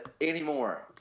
anymore